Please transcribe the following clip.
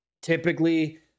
Typically